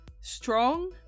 strong